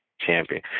champion